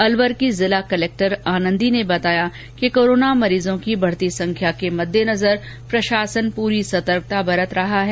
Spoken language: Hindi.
अलवर की जिला कलेक्टर आनंदी ने बताया कि कोरोना मरीजों की बढ़ती संख्या के मद्देनजर प्रशासन प्रशासन प्रश सतर्कता बरत रहा है